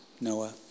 Noah